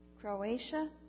Croatia